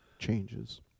changes